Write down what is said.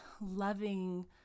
loving